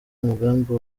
umugambi